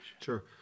Sure